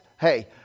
Hey